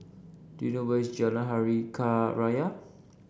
do you know where is Jalan Hari Raya